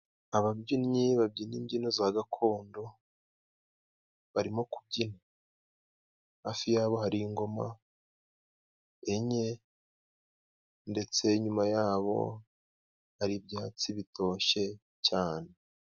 Ababyinnyi babyina imbyino za gakondo barimo kubyina, hafi yabo hari ingoma enye ndetse inyuma yabo hari ibyatsi bitoshye cyane.